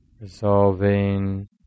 Resolving